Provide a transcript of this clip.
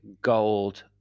gold